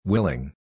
Willing